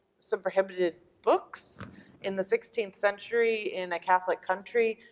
some prohibited books in the sixteenth century in a catholic country,